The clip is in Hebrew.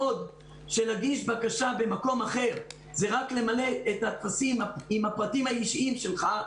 בעוד שלהגיש בקשה במקום אחר זה רק למלא את טפסים עם הפרטים האישיים שלך,